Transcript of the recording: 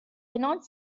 cannot